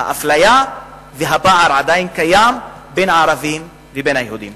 אפליה ופער עדיין קיימים בין הערבים ובין היהודים.